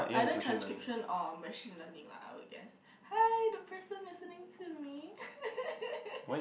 either transcription or machine learning lah I would guess hi the person listening to me